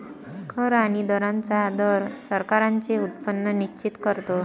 कर आणि दरांचा दर सरकारांचे उत्पन्न निश्चित करतो